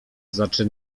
zaczy